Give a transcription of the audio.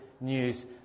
news